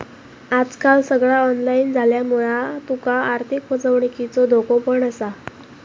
आजकाल सगळा ऑनलाईन झाल्यामुळा तुका आर्थिक फसवणुकीचो धोको पण असा